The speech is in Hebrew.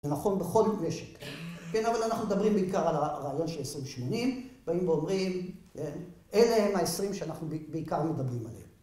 זה נכון בכל נשק, כן, אבל אנחנו מדברים בעיקר על הרעיון של 2080, ואם אומרים, אלה הם העשרים שאנחנו בעיקר מדברים עליהם.